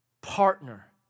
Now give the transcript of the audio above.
partner